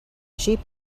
sheep